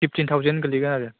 fifteen thousand गोग्लैगोन आरो